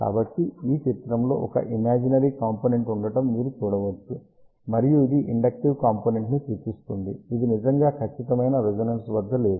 కాబట్టి ఈ చిత్రంలో ఒక ఇమాజినరీ కాంపోనెంట్ ఉండటం మీరు చూడవచ్చు మరియు ఇది ఇండక్టివ్ కాంపోనెంట్ ని సూచిస్తుంది ఇది నిజంగా ఖచ్చితమైన రెజోనెన్స్ వద్ద లేదు